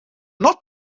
not